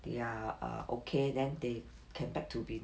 they are err okay then they can back to be